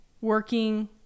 working